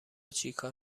چیکار